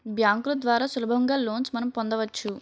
బ్యాంకుల ద్వారా సులభంగా లోన్స్ మనం పొందవచ్చు